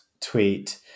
tweet